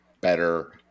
better